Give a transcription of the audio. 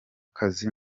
kazi